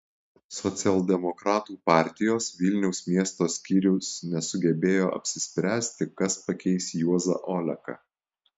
socialdemokratų partijos vilniaus miesto skyrius nesugebėjo apsispręsti kas pakeis juozą oleką